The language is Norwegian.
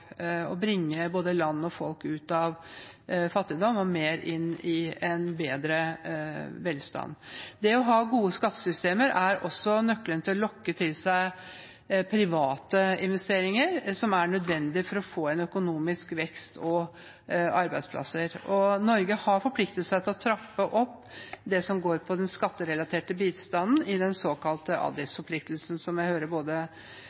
å bringe både land og folk ut av fattigdom og mer inn i en bedre velstand. Det å ha gode skattesystemer er også nøkkelen til å lokke til seg private investeringer, som er nødvendig for å få økonomisk vekst og arbeidsplasser. Norge har forpliktet seg til å trappe opp det som går på den skatterelaterte bistanden i den såkalte Addis-forpliktelsen, som jeg hører både